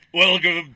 Welcome